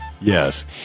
Yes